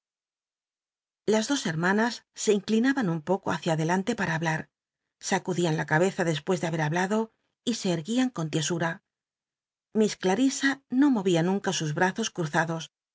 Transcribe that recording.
as dos hermanas se inclinaban un poco luicia adelante para hablar sacudían la c'abeza despues tlc haber hablado y se crguian con tiesura liiss clarisa no mo ia nunca sus brazos cnrzados